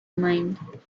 mind